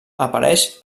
apareix